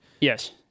Yes